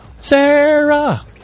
Sarah